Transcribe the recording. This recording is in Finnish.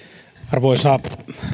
arvoisa rouva